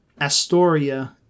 Astoria